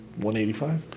185